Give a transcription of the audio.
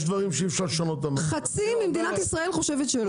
יש דברים שאי אפשר לשנות --- חצי ממדינת ישראל חושבת שלא.